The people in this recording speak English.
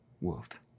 world